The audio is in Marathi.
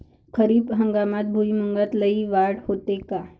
खरीप हंगामात भुईमूगात लई वाढ होते का?